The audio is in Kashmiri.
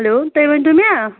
ہیٚلو تُہۍ ؤنۍتو مےٚ